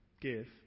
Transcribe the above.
Give